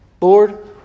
Lord